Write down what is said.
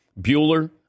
Bueller